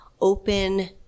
open